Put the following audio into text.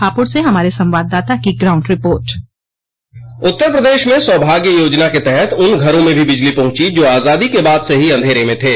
हापुड़ से हमारे संवाददाता की ग्राउंड रिपोर्ट उत्तर प्रदेश में सौभाग्य योजना के तहत उन घरों में भी बिजली पहुंची जो आजादी के बाद से ही अंधेरे में थे